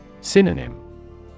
Synonym